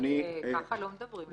ככה לא מדברים.